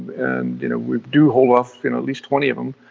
and you know we do hold off you know at least twenty of them,